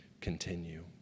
continue